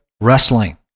wrestling